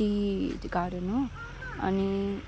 T garden हो अनि